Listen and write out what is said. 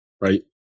right